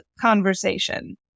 conversation